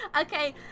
Okay